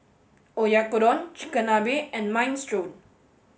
Oyakodon Chigenabe and Minestrone